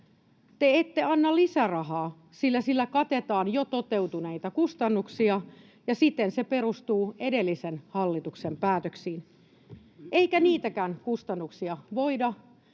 te ette anna lisärahaa, sillä sillä katetaan jo toteutuneita kustannuksia ja siten se perustuu edellisen hallituksen päätöksiin, eikä niitäkään kustannuksia voida